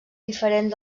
diferent